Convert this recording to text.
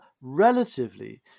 relatively